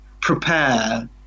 prepare